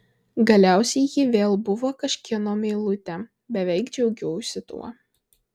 galiausiai ji vėl buvo kažkieno meilutė beveik džiaugiausi tuo